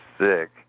sick